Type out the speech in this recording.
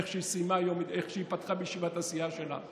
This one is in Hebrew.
איך שהיא פתחה בישיבת הסיעה שלה,